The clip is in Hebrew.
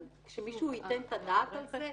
שמישהו ייתן את הדעת על זה.